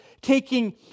taking